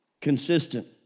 consistent